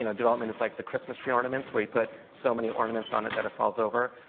you know development is like the christmas tree ornaments, where you put so many ornaments on it that it falls over,